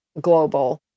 global